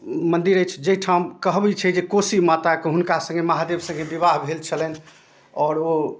मन्दिर अछि जहिठाम कहबै छै जे कोसी माताके हुनका सङ्गे महादेव सङ्गे विवाह भेल छलनि आओर ओ